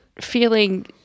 feeling